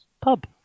pub